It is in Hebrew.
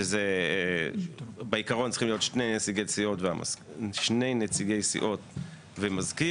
שזה בעיקרון צריכים להיות שני נציגי סיעות ומזכיר.